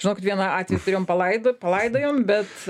žinokit vieną atvejį turėjom palaidot palaidojom bet